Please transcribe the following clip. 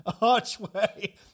archway